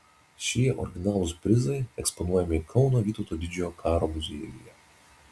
šie originalūs prizai eksponuojami kauno vytauto didžiojo karo muziejuje